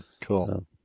Cool